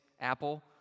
Apple